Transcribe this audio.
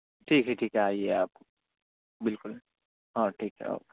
ٹھیک ہے ٹھیک ہے آئیے آپ بالکل ہاں ٹھیک ہے